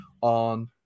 on